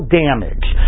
damage